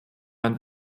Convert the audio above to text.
ein